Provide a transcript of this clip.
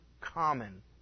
common